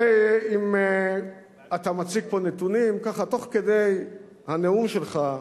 ואם אתה מציג פה נתונים, ככה, תוך כדי הנאום שלך,